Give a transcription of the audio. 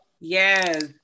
Yes